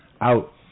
out